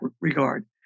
regard